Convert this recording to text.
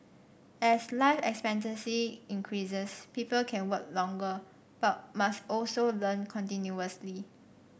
as life expectancy increases people can work longer but must also learn continuously